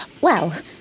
Well